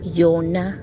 yona